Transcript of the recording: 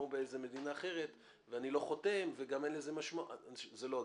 באיזו מדינה אחרת ואני לא חותם" זו לא הגישה.